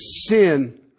sin